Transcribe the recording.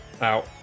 Out